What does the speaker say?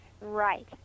Right